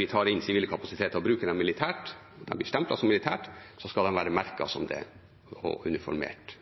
vi tar inn sivile kapasiteter og bruker dem militært, at det er bestemt militærbruk, skal de være merket som det og uniformert